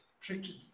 tricky